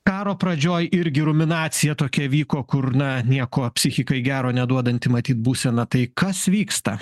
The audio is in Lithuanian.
karo pradžioj irgi ruminacija tokia vyko kur na nieko psichikai gero neduodanti matyt būsena tai kas vyksta